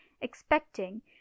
expecting